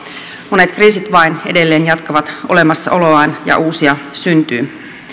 monet kriisit vain edelleen jatkavat olemassaoloaan ja uusia syntyy